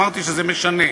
אמרתי שזה משנה.